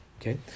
okay